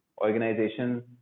organization